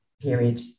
period